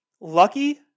Lucky